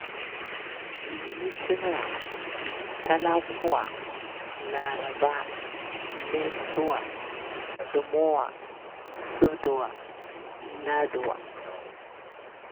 Litinwa, talakuwa, laraba, lemsuwa, thamawa, sabduwa, laduwa